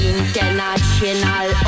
International